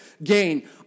Gain